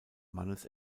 mannes